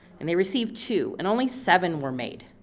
and they received two, and only seven were made.